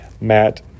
Matt